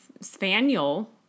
spaniel